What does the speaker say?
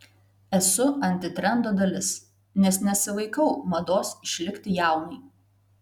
esu antitrendo dalis nes nesivaikau mados išlikti jaunai